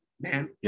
man